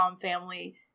family